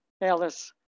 Alice